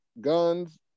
guns